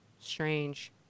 strange